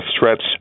threats